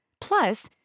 Plus